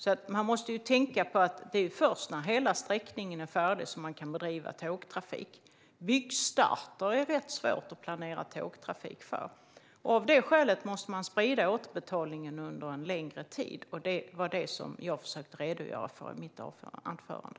Man måste tänka på att det är först när hela sträckningen är färdig som man kan bedriva tågtrafik. Byggstarter är det rätt svårt att planera tågtrafik efter. Av det skälet måste man sprida återbetalningen på en längre tid, och det var det som jag försökte redogöra för i mitt anförande.